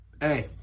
Hey